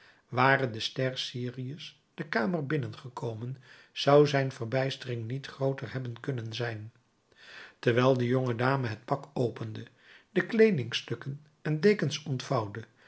ware de ster sirius de kamer binnengekomen zou zijn verbijstering niet grooter hebben kunnen zijn terwijl de jonge dame het pak opende de kleedingstukken en dekens ontvouwde